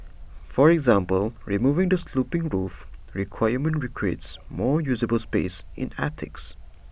for example removing the sloping roof requirement creates more usable space in attics